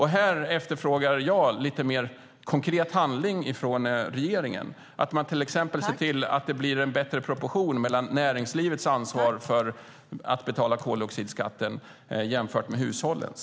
Här efterfrågar jag lite mer konkret handling från regeringen, till exempel att man ser till att det blir en bättre proportion mellan näringslivets ansvar för att betala koldioxidskatten jämfört med hushållens.